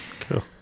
Cool